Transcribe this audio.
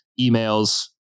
emails